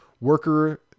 worker